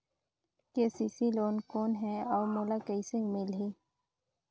KCC loan कौन हे अउ मोला कइसे मिलही?